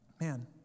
Man